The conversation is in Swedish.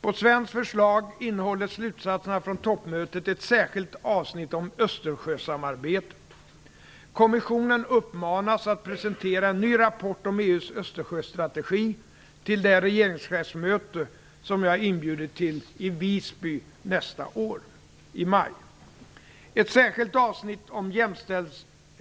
På svenskt förslag innehåller slutsatserna från toppmötet ett särskilt avsnitt om Östersjösamarbetet. Kommissionen uppmanas att presentera en ny rapport om EU:s Östersjöstrategi till det regeringschefsmöte som jag inbjudit till i Visby i maj nästa år. Ett särskilt avsnitt om